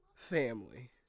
Family